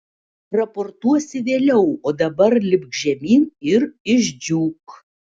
raportuosi vėliau o dabar lipk žemyn ir išdžiūk